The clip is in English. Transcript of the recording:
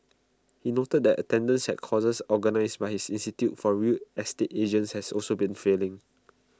he noted that attendance at courses organised by his institute for real estate agents has also been filling